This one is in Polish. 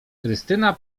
krystyna